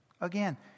Again